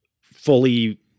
fully